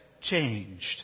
changed